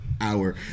hour